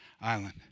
island